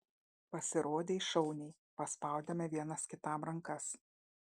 pasirodei šauniai paspaudėme vienas kitam rankas